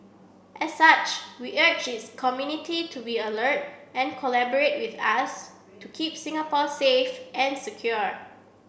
as such we urge is community to be alert and collaborate with us to keep Singapore safe and secure